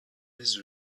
his